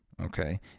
Okay